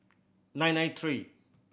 nine nine three